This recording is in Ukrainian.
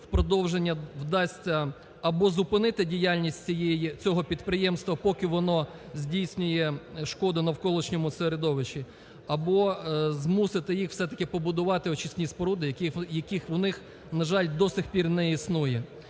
продовження вдасться або зупинити діяльність цього підприємства, поки воно здійснює шкоду навколишньому середовищу, або змусити їх все-таки побудувати очисні споруди, яких в них, на жаль, до сих пір не існує.